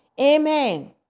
Amen